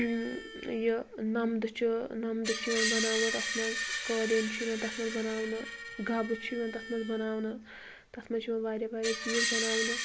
یہِ نمدٕ چھِ نمدٕ چھِ یوان بناونہٕ تتھ منٛز قٲلیٖن چھِ یِوان تتھ منٛز بناونہٕ گبہٕ چھِ یِوان تتھ منٛز بناونہٕ تتھ منٛز چھِ یِوان واریاہ واریاہ چیٖز بناونہٕ